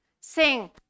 sing